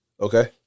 Okay